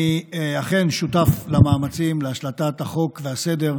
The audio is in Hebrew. אני אכן שותף למאמצים להשלטת החוק והסדר,